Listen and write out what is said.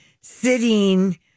sitting